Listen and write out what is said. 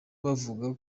bavuga